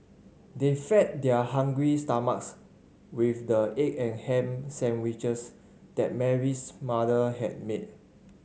they fed their hungry stomachs with the egg and ham sandwiches that Mary's mother had made